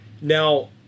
Now